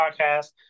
podcast